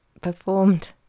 Performed